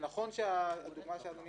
נכונה הדוגמה שאדוני